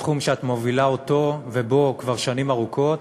תחום שאת מובילה אותו ובו כבר שנים ארוכות,